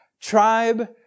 tribe